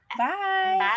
Bye